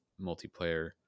multiplayer